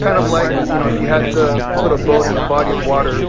kind of like, you know, if you had to put a boat in a body of water,